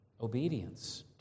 obedience